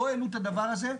ולא העלו את הדבר הזה,